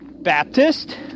Baptist